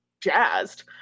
jazzed